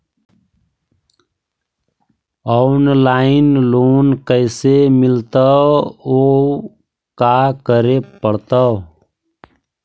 Online loan कैसे मिलतै औ का करे पड़तै?